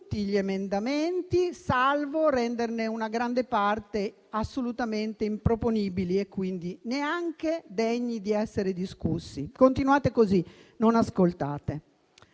tutti gli emendamenti, salvo renderne una grande parte assolutamente improponibili, quindi neanche degni di essere discussi. Continuate così, non ascoltate.